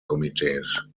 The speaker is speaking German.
komitees